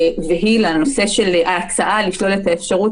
והיא לנושא של ההצעה לשלול את האפשרות